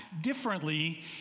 differently